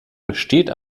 besteht